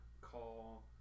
call